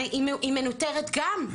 הרי היא מנוטרת גם,